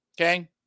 Okay